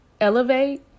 elevate